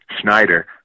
Schneider